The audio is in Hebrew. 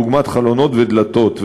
דוגמת חלונות ודלתות,